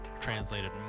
translated